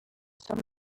sun